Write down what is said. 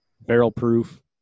barrel-proof –